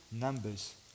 numbers